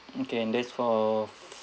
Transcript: okay and this for